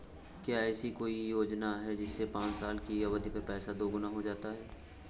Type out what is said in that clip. क्या ऐसी कोई योजना है जिसमें पाँच साल की अवधि में पैसा दोगुना हो जाता है?